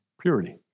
purity